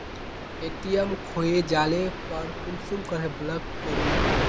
ATM खोये जाले पर कुंसम करे ब्लॉक करूम?